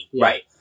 right